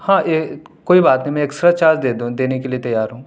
ہاں کوئی بات نہیں میں ایکسٹرا چارج دے دوں دینے کے لیے تیار ہوں